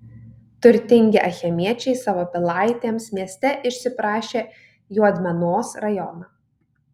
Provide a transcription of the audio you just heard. turtingi achemiečiai savo pilaitėms mieste išsiprašė juodmenos rajoną